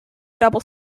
double